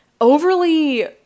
overly